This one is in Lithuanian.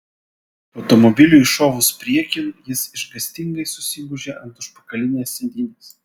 automobiliui šovus priekin jis išgąstingai susigūžė ant užpakalinės sėdynės